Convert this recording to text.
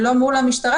ולא מול המשטרה,